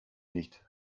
nicht